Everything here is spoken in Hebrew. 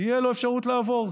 תהיה לו אפשרות לעבור.